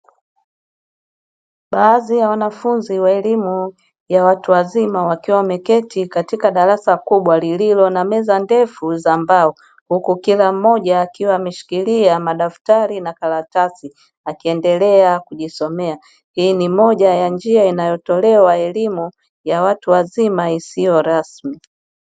Baadhi ya wanafunzi wa elimu ya watu wazima wakiwa wameketi ndani ya darasa kubwa lililo na meza ndefu za mbao, huku kila mmoja akiwa ameshikilia madaftari na makaratasi akiendelea kujisomea, hii ni moja ya njia inayotolewa elimu ya watu wazima isiyo rasmi.